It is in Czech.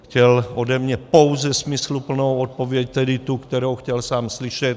Chtěl ode mě pouze smysluplnou odpověď, tedy tu, kterou chtěl sám slyšet.